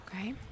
okay